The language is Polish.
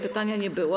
Pytania nie było.